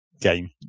game